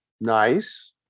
Nice